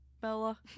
Bella